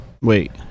Wait